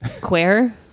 queer